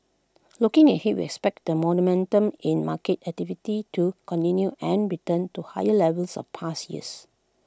looking ahead we expect the momentum in market activity to continue and return to higher levels of past years